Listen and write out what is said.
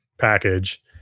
package